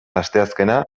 asteazkena